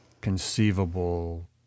conceivable